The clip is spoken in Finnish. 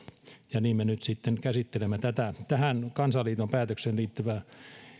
ja niin me nyt sitten käsittelemme tätä siihen kansainliiton päätökseen liittyvää